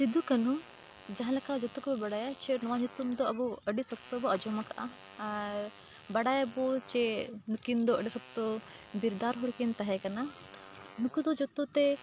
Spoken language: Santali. ᱥᱤᱫᱩ ᱠᱟᱹᱱᱩ ᱡᱟᱦᱟᱸ ᱞᱮᱠᱟ ᱡᱚᱛᱚ ᱠᱚ ᱵᱟᱲᱟᱭᱟ ᱥᱮ ᱱᱚᱣᱟ ᱧᱩᱛᱩᱢ ᱫᱚ ᱟᱵᱚ ᱟᱹᱰᱤ ᱥᱚᱠᱛᱚ ᱵᱚ ᱟᱸᱡᱚᱢ ᱟᱠᱟᱜᱼᱟ ᱟᱨ ᱵᱟᱲᱟᱭᱟᱵᱚ ᱪᱮ ᱱᱩᱠᱤᱱ ᱫᱚ ᱟᱹᱰᱤ ᱥᱚᱠᱛᱚ ᱵᱤᱨᱫᱟᱨ ᱦᱚᱲ ᱠᱤᱱ ᱛᱟᱦᱮᱸ ᱠᱟᱱᱟ ᱱᱩᱠᱩ ᱫᱚ ᱡᱚᱛᱚ ᱛᱮ